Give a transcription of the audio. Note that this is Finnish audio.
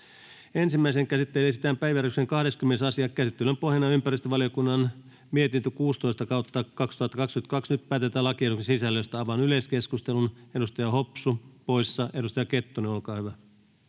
Ensimmäiseen käsittelyyn esitellään päiväjärjestyksen 20. asia. Käsittelyn pohjana on ympäristövaliokunnan mietintö YmVM 16/2022 vp. Nyt päätetään lakiehdotusten sisällöstä. — Avaan yleiskeskustelun. Edustaja Hopsu poissa. Edustaja Kettunen, olkaa hyvä.